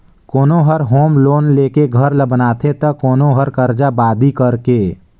कोनो हर home loan लेके घर ल बनाथे त कोनो हर करजा बादी करके